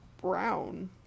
brown